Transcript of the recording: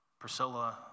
Priscilla